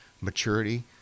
maturity